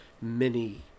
mini